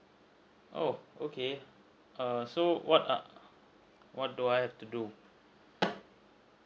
oh okay err so what are what do I have to do